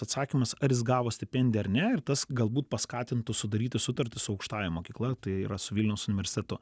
atsakymas ar jis gavo stipendiją ar ne ir tas galbūt paskatintų sudaryti sutartis su aukštąja mokykla tai yra su vilniaus universitetu